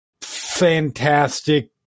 fantastic